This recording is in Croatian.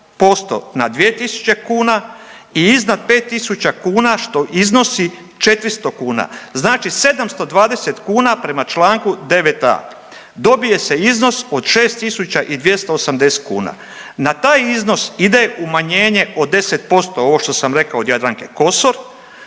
na 2.000 kuna i iznad 5.000 kuna, što iznosi 400 kuna, znači 720 kuna prema čl. 9.a. dobije se iznos od 6.280 kuna, na taj iznos ide umanjenje od 10%, ovo što sam rekao od Jadranke Kosor